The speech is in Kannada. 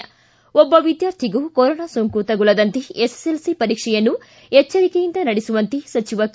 ಒಬ್ಲ ವಿದ್ಯಾರ್ಥಿಗೂ ಕೊರೋನಾ ಸೋಂಕು ತಗುಲದಂತೆ ಎಸ್ಎಸ್ಎಲ್ಸಿ ಪರೀಕ್ಷೆಯನ್ನು ಎಚ್ಚರಿಕೆಯಿಂದ ನಡೆಸುವಂತೆ ಸಚಿವ ಕೆ